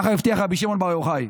ככה הבטיח רבי שמעון בר יוחאי.